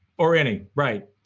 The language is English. or any, right.